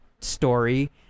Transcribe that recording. story